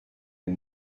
est